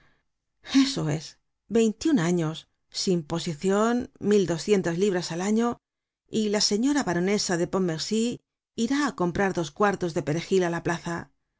eso es veintiun años sin posicion mil doscientas libras al año y la señora baronesa de pontmercy irá á comprar dos cuartos de peregil á la plaza